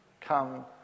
Come